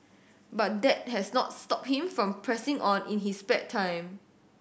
but that has not stopped him from pressing on in his spare time